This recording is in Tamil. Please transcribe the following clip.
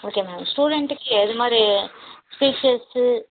ஓகே மேம் ஸ்டூடண்டுக்கு எது மாதிரி டீச்சர்ஸு